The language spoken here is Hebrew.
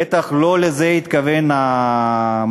בטח לא לזה התכוון המצביע,